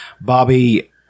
Bobby